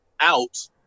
out